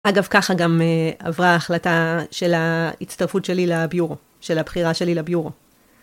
אגב, ככה גם עברה ההחלטה של ההצטרפות שלי לביורו, של הבחירה שלי לביורו.